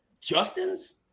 Justin's